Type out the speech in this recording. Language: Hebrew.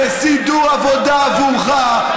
לסידור עבודה עבורך,